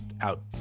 out